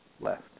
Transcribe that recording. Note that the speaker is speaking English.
Left